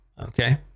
Okay